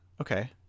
Okay